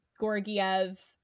Gorgiev